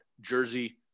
Jersey